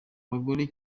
bagore